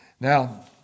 Now